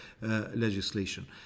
legislation